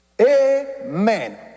Amen